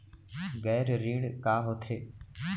गैर ऋण का होथे?